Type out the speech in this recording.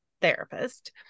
therapist